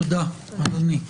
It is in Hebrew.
תודה אדוני.